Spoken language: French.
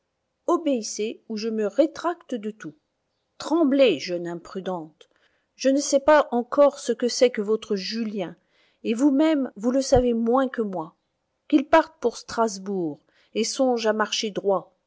obéissez ou je me rétracte de tout tremblez jeune imprudente je ne sais pas encore ce que c'est que votre julien et vous-même vous le savez moins que moi qu'il parte pour strasbourg et songe à marcher droit